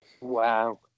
Wow